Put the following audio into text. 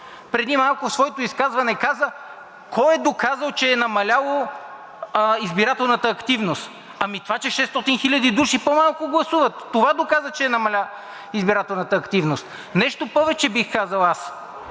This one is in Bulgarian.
преди малко в своето изказване каза: „Кой е доказал, че е намаляла избирателната активност?“ Ами това, че 600 хиляди души по-малко гласуват! Това доказа, че е намаляла избирателната активност. Нещо повече, бих казал аз,